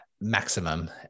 maximum